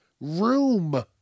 room